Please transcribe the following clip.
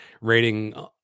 rating